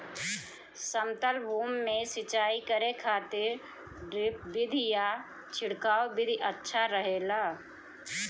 समतल भूमि में सिंचाई करे खातिर ड्रिप विधि या छिड़काव विधि अच्छा रहेला?